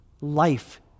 life